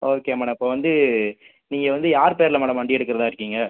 okay madam இப்போ வந்து நீங்கள் வந்து யார் பேர்ல மேடம் வண்டி எடுக்கிறதா இருக்கீங்கள்